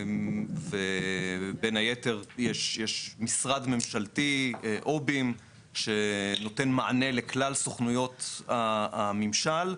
ובין היתר יש משרד ממשלתי שנותן מענה לכלל סוכנויות הממשל,